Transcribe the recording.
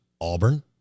Auburn